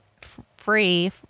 free